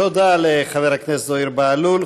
תודה לחבר הכנסת זוהיר בהלול.